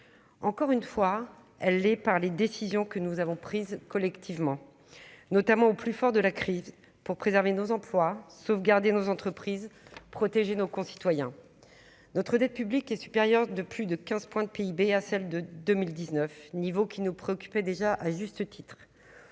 encore une fois, elle est par les décisions que nous avons prises collectivement, notamment au plus fort de la crise pour préserver nos emplois sauvegardés, nos entreprises protéger nos concitoyens notre dette publique est supérieur de plus de 15 points de PIB à celle de 2019 niveau qui nous préoccupait déjà à juste titre,